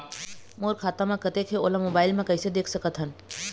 मोर खाता म कतेक हे ओला मोबाइल म कइसे देख सकत हन?